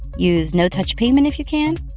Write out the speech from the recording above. use no-touch payment if you can.